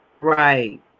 Right